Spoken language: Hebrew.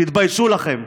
תתביישו לכם.